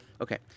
Okay